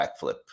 backflip